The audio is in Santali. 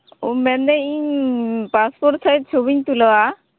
ᱳ ᱢᱮᱱᱫᱟᱹᱧ ᱤᱧ ᱯᱟᱥᱯᱳᱨᱴ ᱥᱟᱭᱤᱡ ᱪᱷᱚᱵᱤᱧ ᱛᱩᱞᱟᱹᱣᱟ